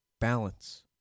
Balance